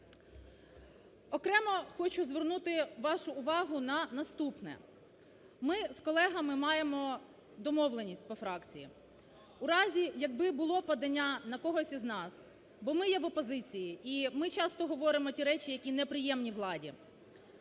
Окремо хочу звернути вашу увагу на наступне. Ми з колегами маємо домовленість по фракції, в разі, якби було подання на когось із нас, бо ми є в опозиції і ми часто говоримо ті речі, які неприємні владі.